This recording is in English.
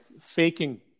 faking